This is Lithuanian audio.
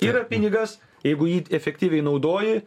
yra pinigas jeigu jį efektyviai naudoji